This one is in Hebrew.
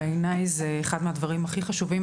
בעיניי זה אחד הדברים הכי חשובים.